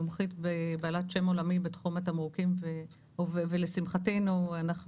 מומחית בעלת שם עולמי בתחום התמרוקים ולשמחתנו אנחנו